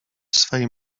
swej